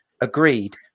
agreed